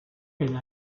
elle